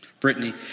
Brittany